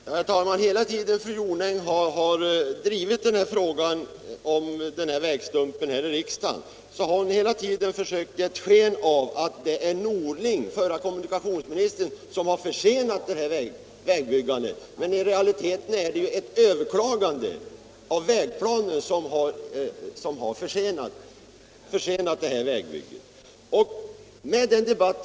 Herr talman! Under hela den tid som fru Jonäng drivit frågan om den här vägsträckan här i riksdagen har hon försökt ge sken av att det är förre kommunikationsministern Norling som försenat vägbyggandet. Men i realiteten är det ett överklagande av vägplanen som har försenat vägbygget.